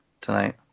tonight